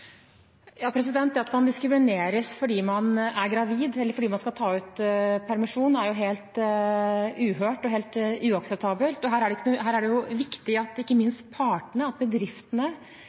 Det at man diskrimineres fordi man er gravid, eller fordi man skal ta ut permisjon, er helt uhørt og helt uakseptabelt. Her er det viktig at ikke minst partene, at bedriftene, at de tillitsvalgte også er aktive og offensive på arbeidsplassene. Vi vet at